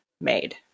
made